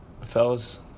Fellas